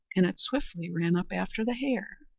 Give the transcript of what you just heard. and it swiftly ran up after the hare.